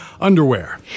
Underwear